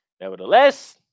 Nevertheless